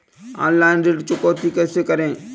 Online ऋण चुकौती कैसे करें?